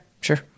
sure